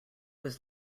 was